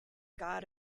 god